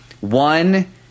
One